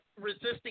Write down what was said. resisting